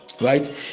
right